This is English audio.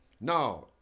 Now